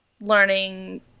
learning –